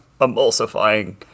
emulsifying